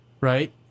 right